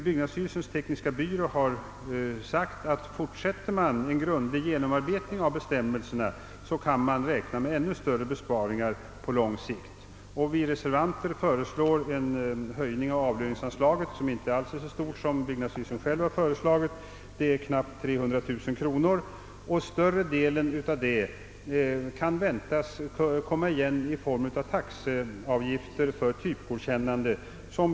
Byggnadsstyrelsens tekniska byrå har sagt, att om man fortsätter en grundlig genomarbetning av bestämmelserna, kan man räkna med ännu större besparingar på lång sikt. Vi reservanter föreslår en höjning av «avlöningsanslaget med knappt 300 000 kronor, vilket inte alls är så mycket som byggnadsstyrelsen har föreslagit. Större delen av detta belopp kan väntas komma igen i form av avgifter för typgodkännande.